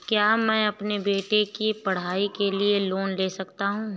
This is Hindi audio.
क्या मैं अपने बेटे की पढ़ाई के लिए लोंन ले सकता हूं?